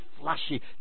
flashy